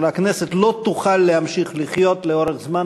שהכנסת לא תוכל להמשיך לחיות לאורך זמן